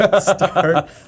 start